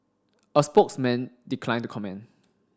a spokesman declined to comment